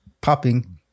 popping